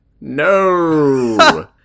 No